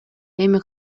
эми